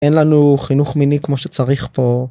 אין לנו חינוך מיני כמו שצריך פה.